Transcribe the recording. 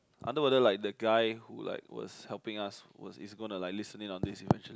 I wonder like the guy who like was helping us was is going to like listening to this eventually